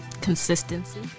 Consistency